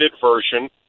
version